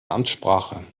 amtssprache